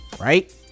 right